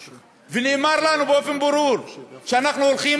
ונאמר לנו באופן ברור שאנחנו הולכים